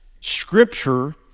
scripture